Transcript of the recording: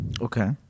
okay